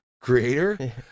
creator